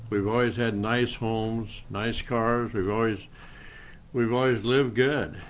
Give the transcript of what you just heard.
we've always had nice homes, nice cars we've always we've always lived good.